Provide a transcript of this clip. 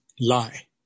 lie